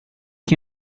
kan